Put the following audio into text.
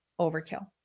overkill